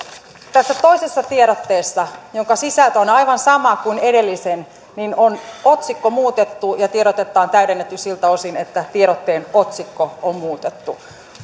tässä toisessa tiedotteessa jonka sisältö on on aivan sama kuin edellisen on otsikko muutettu ja tiedotetta on täydennetty siltä osin että tiedotteen otsikko on muutettu